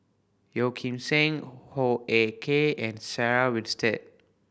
Yeo Kim Seng Hoo Ah Kay and Sarah Winstedt